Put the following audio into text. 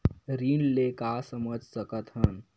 ऋण ले का समझ सकत हन?